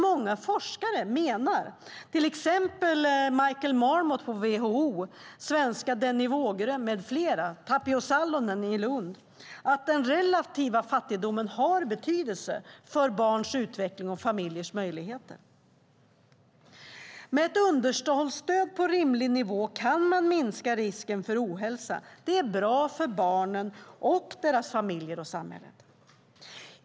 Många forskare, till exempel Michael Marmot på WHO samt Denny Vågerö och Tapio Salonen, menar att den relativa fattigdomen har betydelse för barns utveckling och familjers möjligheter. Med ett underhållsstöd på rimlig nivå kan man minska risken för ohälsa. Det är bra för barnen, för deras familjer och för samhället.